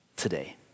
today